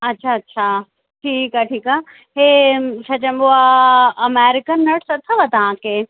अच्छा अच्छा ठीकु आहे ठीकु आहे इहे छा चइबो आहे अमेरिकन नट्स अथव तव्हांखे